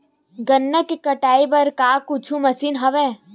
गन्ना के कटाई बर का कुछु मशीन हवय?